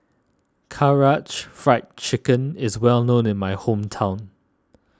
Karaage Fried Chicken is well known in my hometown